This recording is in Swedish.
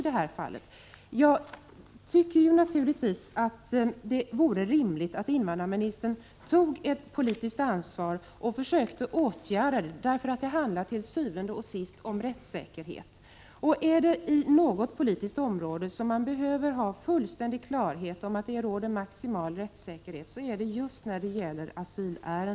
Det vore rimligt om invandrarministern tog ett politiskt ansvar och försökte åtgärda detta. Det handlar nämligen til syvende og sidst om rättssäkerhet. Asylärenden är ett politiskt område där det behöver vara fullständigt klart att maximal rättssäkerhet råder.